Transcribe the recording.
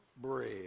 bread